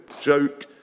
joke